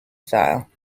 style